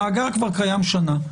המאגר קיים כבר שנה.